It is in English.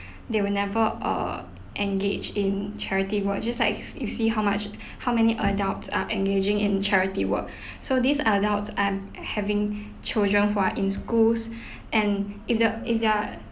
they will never err engage in charity work just like you see how much how many adults are engaging in charity work so these adults are having children who are in schools and if the if they're